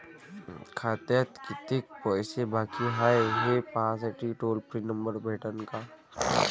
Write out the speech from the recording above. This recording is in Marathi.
खात्यात कितीकं पैसे बाकी हाय, हे पाहासाठी टोल फ्री नंबर भेटन का?